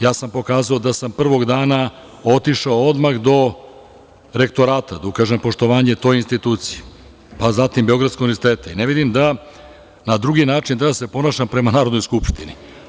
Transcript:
Ja sam pokazao da sam prvog dana otišao odmah do Rektorata, da ukažem poštovanje toj instituciji, pa zatim Beogradskog univerziteta i ne vidim da na drugi način da se ponašam prema Narodnoj skupštini.